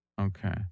Okay